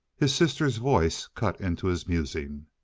his sister's voice cut into his musing.